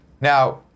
Now